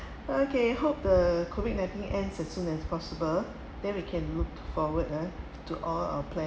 okay hope the COVID nineteen ends as soon as possible then we can look forward uh to all our pl~